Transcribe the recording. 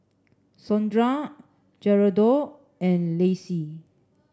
Sondra Geraldo and Lacey